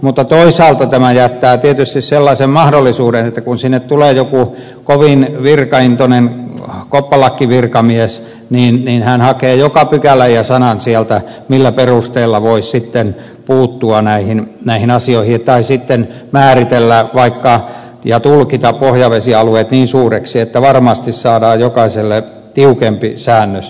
mutta toisaalta tämä jättää tietysti sellaisen mahdollisuuden että kun sinne tulee joku kovin virkaintoinen koppalakkivirkamies hän hakee sieltä joka pykälän ja sanan joiden perusteella voisi sitten puuttua näihin asioihin tai sitten vaikka määritellä ja tulkita pohjavesialueet niin suuriksi että varmasti saadaan jokaiselle tiukempi säännös